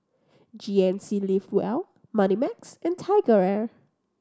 G N C Live well Moneymax and TigerAir